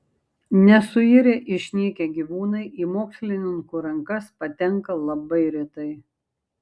nesuirę išnykę gyvūnai į mokslininkų rankas patenka labai retai